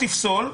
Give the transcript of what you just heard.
תפסול,